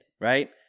right